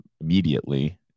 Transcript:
immediately